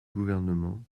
gouvernement